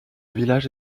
village